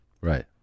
Right